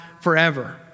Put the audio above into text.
forever